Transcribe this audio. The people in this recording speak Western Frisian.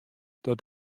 dat